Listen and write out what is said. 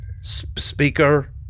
speaker